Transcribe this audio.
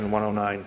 109